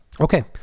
Okay